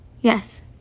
Yes